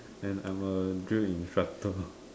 and I'm a drill instructor